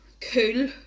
cool